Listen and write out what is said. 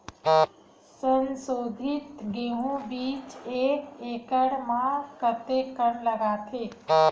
संसोधित गेहूं बीज एक एकड़ म कतेकन लगथे?